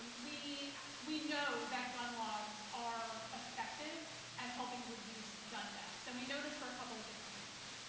we we know that gun laws are effective at helping reduce gun deaths, and we know this for a couple of different reasons.